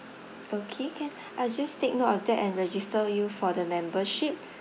okay can I'll just take note of that and register you for the membership